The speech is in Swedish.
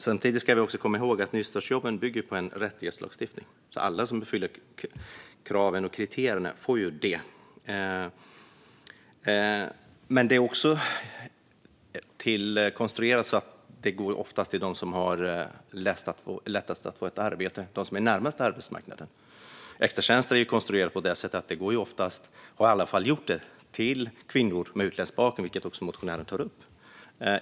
Samtidigt ska vi komma ihåg att nystartsjobben bygger på en rättighetslagstiftning, så alla som uppfyller kraven och kriterierna får ta del av dem. De är också konstruerade så att de oftast går till dem som är närmast arbetsmarknaden och har lättast att få ett arbete. Extratjänster däremot är konstruerade så att de ofta har gått till kvinnor med utländsk bakgrund, precis som interpellanten tar upp.